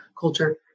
culture